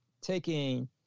taking